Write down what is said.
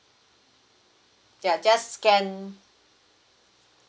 yeah just scan